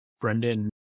Brendan